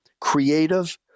creative